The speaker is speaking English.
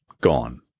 gone